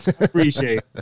Appreciate